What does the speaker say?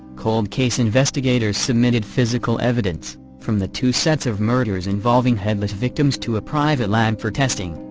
cold case investigators submitted physical evidence from the two sets of murders involving headless victims to a private lab for testing,